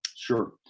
Sure